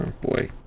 boy